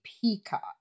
peacock